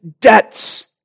debts